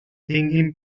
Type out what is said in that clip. tinguin